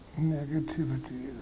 negativity